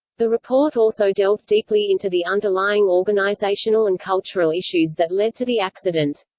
the report also delved deeply into the underlying organizational and cultural issues that led to the accident.